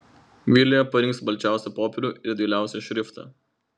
vilija parinks balčiausią popierių ir dailiausią šriftą